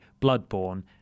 Bloodborne